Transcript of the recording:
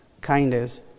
kindness